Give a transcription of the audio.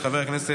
של חבר הכנסת